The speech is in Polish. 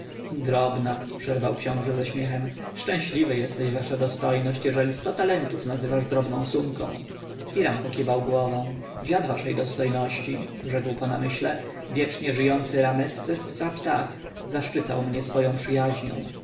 drobna przerwał książę ze śmiechem szczęśliwy jesteś wasza dostojność jeżeli sto talentów nazywasz drobną sumką hiram pokiwał głową dziad waszej dostojności rzekł po namyśle wiecznie żyjący ramesses-sa-ptah zaszczycał mnie swoją przyjaźnią